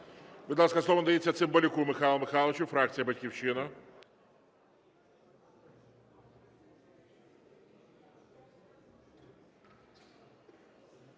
Будь ласка, слово надається Цимбалюку Михайлу Михайловичу, фракція "Батьківщина".